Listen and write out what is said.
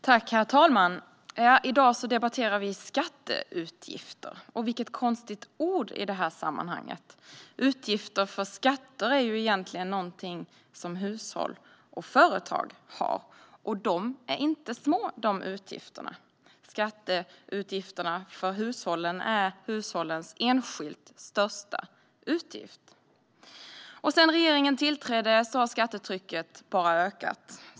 Herr talman! I dag debatterar vi skatteutgifter - vilket konstigt ord i detta sammanhang. Utgifter för skatter är egentligen någonting som hushåll och företag har, och dessa utgifter är inte små. Skatteutgifterna för hushållen är hushållens enskilt största utgift. Sedan regeringen tillträdde har skattetrycket bara ökat.